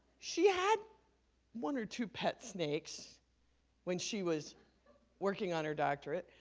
she had one or two pet snakes when she was working on her doctorate,